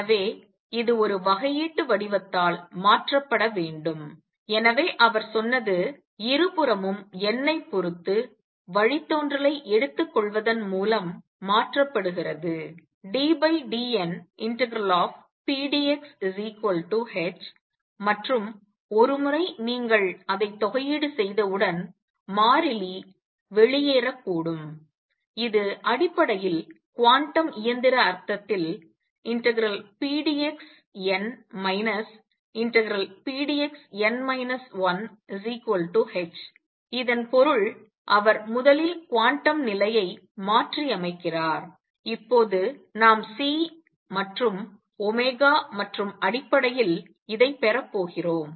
எனவே இது ஒரு வகையீட்டு வடிவத்தால் மாற்றப்பட வேண்டும் எனவே அவர் சொன்னது இருபுறமும் n ஐப் பொறுத்து வழித்தோன்றலை எடுத்துக்கொள்வதன் மூலம் மாற்றப்படுகிறது ddn∫pdxh மற்றும் ஒருமுறை நீங்கள் அதை தொகையீடு செய்தவுடன் மாறிலி வெளியேறக்கூடும் இது அடிப்படையில் குவாண்டம் இயந்திர அர்த்தத்தில் ∫pdxn ∫pdxn 1h இதன் பொருள் அவர் முதலில் குவாண்டம் நிலையை மாற்றியமைக்கிறார் இப்போது நாம் C and மற்றும் அடிப்படையில் இதை பெறப்போகிறோம்